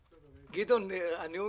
הניגון.